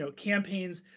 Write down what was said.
so campaigns.